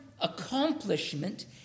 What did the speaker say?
accomplishment